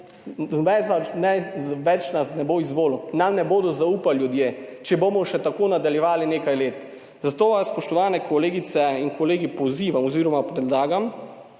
Noben nas več, nas ne bo izvolil, nam ne bodo zaupali ljudje, če bomo še tako nadaljevali nekaj let. Zato vas spoštovane kolegice in kolegi pozivam oz. predlagam,